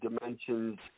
dimensions